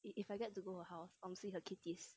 if I get to go her house I'm seeing the kitties